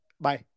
Bye